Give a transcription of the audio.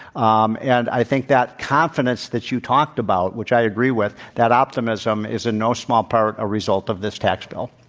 um and i think that confidence that you talked about, which i agree with that optimism is in no small part a result of this tax bill.